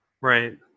Right